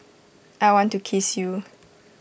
I want to kiss you